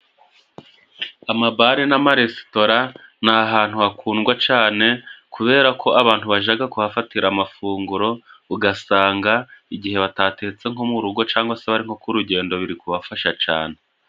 Amabare n'amaresitora ni ahantu hakundwa cane, kubera ko abantu bajaga kuhafatira amafunguro, ugasanga igihe batatetse nko mu rugo cangwa se bari gukora urugendo, biri kubafasha cane.